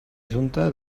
junta